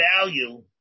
value